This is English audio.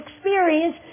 experience